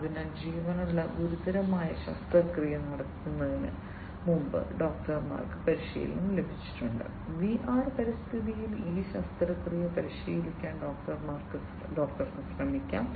അതിനാൽ ജീവനുള്ള ഗുരുതരമായ ശസ്ത്രക്രിയ നടത്തുന്നതിന് മുമ്പ് ഡോക്ടർമാർക്ക് പരിശീലനം ലഭിച്ചിട്ടുണ്ട് വിആർ പരിതസ്ഥിതിയിൽ ആ ശസ്ത്രക്രിയ പരിശീലിക്കാൻ ഡോക്ടർക്ക് ശ്രമിക്കാം